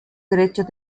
derechos